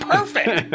Perfect